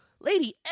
lady